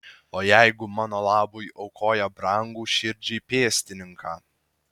o jeigu mano labui aukoja brangų širdžiai pėstininką